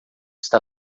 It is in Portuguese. está